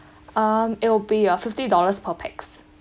um it'll be uh fifty dollars per pax